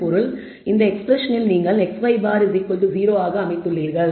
இதன் பொருள் இந்த எக்ஸ்ப்ரெஸ்ஸனில் நீங்கள் x̅y̅ 0 அக அமைத்துள்ளீர்கள்